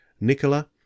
Nicola